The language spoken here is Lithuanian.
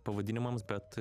pavadinimams bet